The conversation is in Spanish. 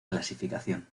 clasificación